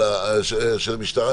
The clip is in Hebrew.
של המשטרה,